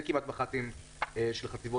ולא יהיה לנו את כוח האדם המתאים להפעיל אותה.